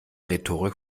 rhetorik